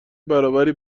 برابر